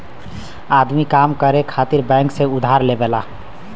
आदमी काम करे खातिर बैंक से उधार लेवला